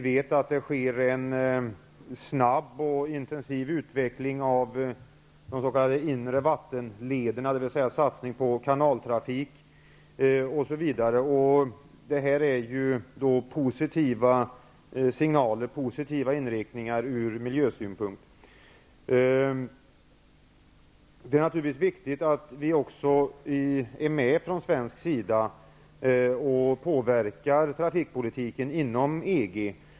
Det sker bl.a. en snabb och intensiv utveckling av de s.k. Allt detta är positivt från miljösynpunkt. Det är naturligtvis viktigt att vi från svensk sida är med och påverkar trafikpolitiken inom EG.